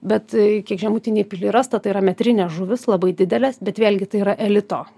bet kiek žemutinėj pilyj rasta tai yra metrinės žuvys labai didelės bet vėlgi tai yra elito